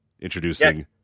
Introducing